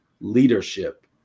leadership